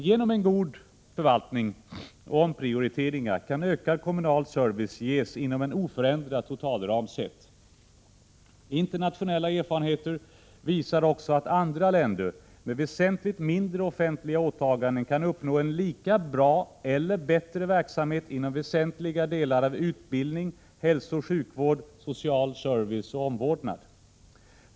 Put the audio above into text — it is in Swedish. Genom en god förvaltning och omprioriteringar kan ökad kommunal service ges inom en oförändrad totalram realt sett. Internationella erfarenheter visar också att andra länder med väsentligt mindre offentliga åtaganden kan uppnå en lika bra eller bättre verksamhet inom väsentliga delar av utbildning, hälsooch sjukvård, social service och omvårdnad.